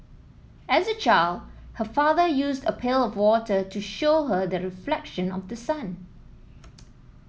as a child her father used a pail of water to show her the reflection of the sun